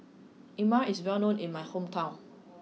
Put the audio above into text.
lemang is well known in my hometown